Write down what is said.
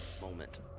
moment